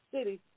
city